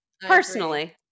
personally